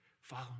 follow